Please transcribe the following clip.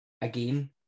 again